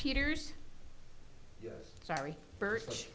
peters sorry birch